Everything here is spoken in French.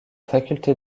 faculté